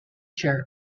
chair